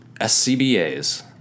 SCBAs